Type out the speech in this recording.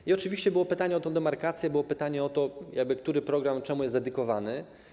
I oczywiście było pytanie o tę demarkację, było pytanie o to, który program czemu jest dedykowany.